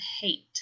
hate